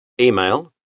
Email